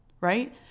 right